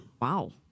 Wow